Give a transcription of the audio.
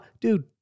dude